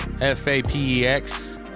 F-A-P-E-X